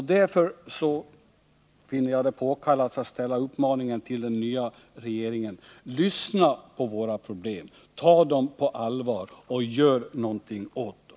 Därför finner jag det påkallat att ställa uppmaningen till den nya regeringen: Lyssna på våra problem, ta dem på allvar och gör någonting åt dem!